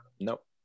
nope